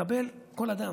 קבל כל אדם,